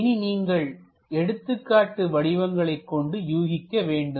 இனி நீங்கள் எடுத்துக்காட்டு வடிவங்களைக் கொண்டு யூகிக்க வேண்டும்